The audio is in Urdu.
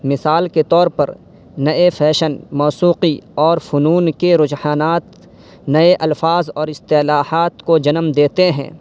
مثال کے طور پر نئے فیشن موسیقی اور فنون کے رجحانات نئے الفاظ اور اصطلاحات کو جنم دیتے ہیں